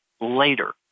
later